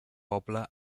poble